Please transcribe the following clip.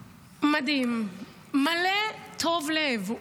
מדהים, מלא טוב לב.